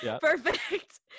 Perfect